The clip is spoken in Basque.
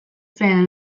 zen